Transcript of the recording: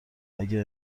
اگه